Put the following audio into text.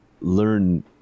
learn